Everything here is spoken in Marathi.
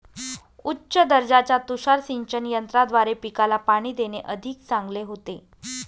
उच्च दर्जाच्या तुषार सिंचन यंत्राद्वारे पिकाला पाणी देणे अधिक चांगले होते